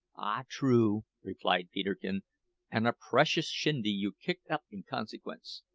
ah, true! replied peterkin and a precious shindy you kicked up in consequence.